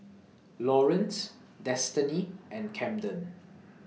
Lawerence Destiny and Camden